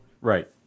Right